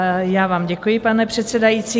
Já vám děkuji, pane předsedající.